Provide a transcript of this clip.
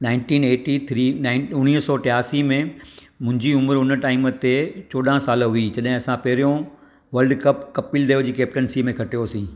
nineteen eighty three nine उणिवीह सौ टियासीअ में मुंहिंजी उमिरि हुन टाइम ते चोॾहां साल हुई जॾहिं असां पहिरियों वर्ल्ड कप कपिल देव जी कैप्टेनसीअ में खटियो हुओसीं